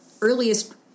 earliest